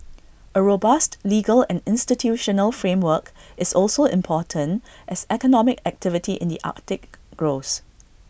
A robust legal and institutional framework is also important as economic activity in the Arctic grows